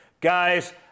Guys